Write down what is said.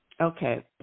Okay